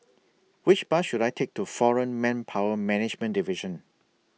Which Bus should I Take to Foreign Manpower Management Division